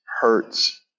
hurts